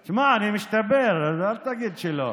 שמע, אני משתפר, אל תגיד שלא.